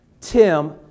tim